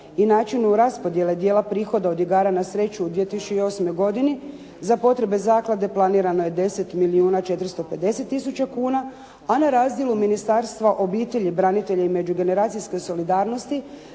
i načinu raspodjele dijela prihoda od igara na sreću u 2008. godini za potrebe zaklade planirano je 10 milijun 450 tisuća kuna, a na razdjelu Ministarstva obitelji, branitelja i međugeneracijske solidarnosti